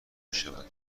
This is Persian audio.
میشود